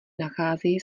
nacházejí